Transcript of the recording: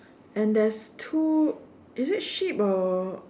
and there's two is it sheep or